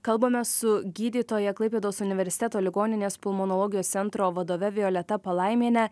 kalbame su gydytoja klaipėdos universiteto ligoninės pulmonologijos centro vadove violeta palaimiene